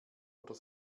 oder